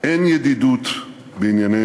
אין ידידות בענייני